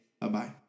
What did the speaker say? Bye-bye